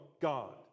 God